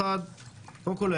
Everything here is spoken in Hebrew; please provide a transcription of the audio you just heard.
קודם כל,